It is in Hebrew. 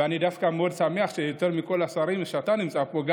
ואני דווקא מאוד שמח שיותר מכל השרים אתה נמצא פה,